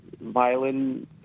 violin